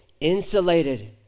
insulated